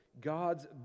God's